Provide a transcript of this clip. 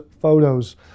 photos